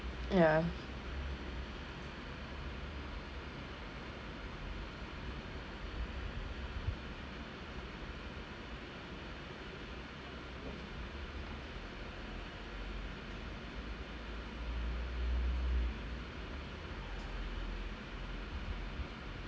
ya